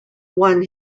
one